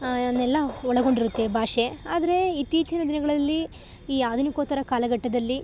ಅವನ್ನೆಲ್ಲ ಒಳಗೊಂಡಿರುತ್ತೆ ಭಾಷೆ ಆದರೆ ಇತ್ತೀಚಿನ ದಿನಗಳಲ್ಲಿ ಈ ಆಧುನಿಕೋತ್ತರ ಕಾಲ ಘಟ್ಟದಲ್ಲಿ